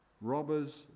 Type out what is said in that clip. robbers